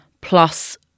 plus